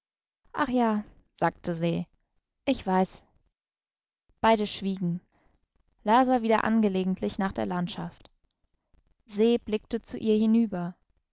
ach ja sagte se ich weiß beide schwiegen la sah wieder angelegentlich nach der landschaft se blickte zu ihr hinüber